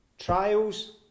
Trials